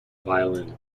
violin